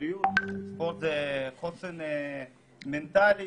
זה גאווה לאומית, בריאות וחוסן מנטלי,